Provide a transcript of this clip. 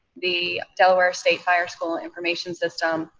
the delaware state fire school information system,